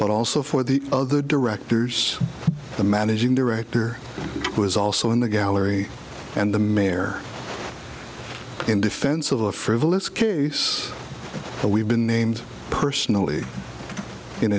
but also for the other directors the managing director who is also in the gallery and the mayor in defense of a frivolous case that we've been named personally in